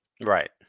Right